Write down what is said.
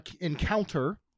encounter